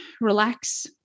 relax